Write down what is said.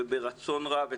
ברצון רב,